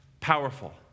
powerful